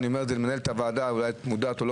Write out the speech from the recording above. אני אומרת את זה למנהלת הוועדה אולי את מודעת או לא